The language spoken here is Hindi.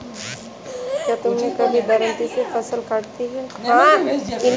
क्या तुमने कभी दरांती से फसल काटी है?